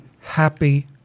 happy